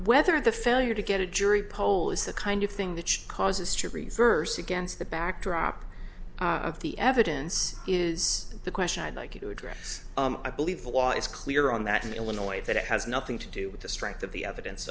whether the failure to get a jury poll is the kind of thing that causes true reserves against the backdrop of the evidence is the question i'd like you to address i believe the law is clear on that in illinois that it has nothing to do with the strength of the evidence